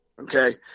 okay